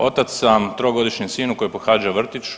Otac sam trogodišnjem sinu koji pohađa vrtić.